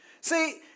See